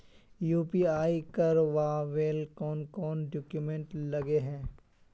UPI कर करावेल कौन कौन डॉक्यूमेंट लगे है?